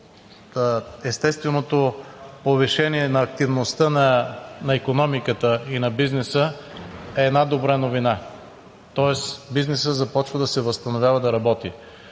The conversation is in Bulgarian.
естественото повишение на ефективността на икономиката и на бизнеса е една добра новина. Тоест бизнесът започва да се възстановява, да работи.